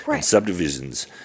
Subdivisions